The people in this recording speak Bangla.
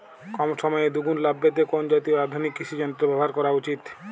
কম সময়ে দুগুন লাভ পেতে কোন জাতীয় আধুনিক কৃষি যন্ত্র ব্যবহার করা উচিৎ?